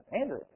Andrew